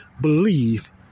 believe